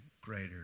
greater